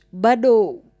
bado